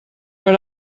per